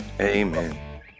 Amen